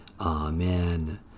Amen